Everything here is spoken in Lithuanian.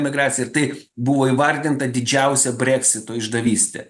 migraciją ir tai buvo įvardinta didžiausia breksito išdavyste